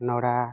ନଡ଼ା